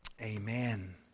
Amen